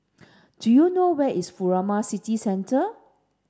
do you know where is Furama City Centre